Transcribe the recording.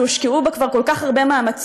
שהושקעו בה כבר כל כך הרבה מאמצים,